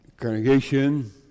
congregation